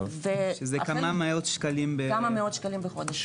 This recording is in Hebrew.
כמה מאות שקלים בחודש,